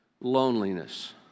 loneliness